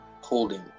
holding